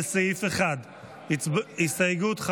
לסעיף 1. הצבעה.